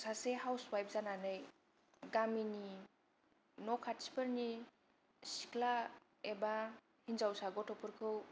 सासे हावस वाइफ जानानै गामिनि न' खाथिफोरनि सिख्ला एबा हिनजावसा गथ'फोरखौ